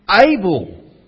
able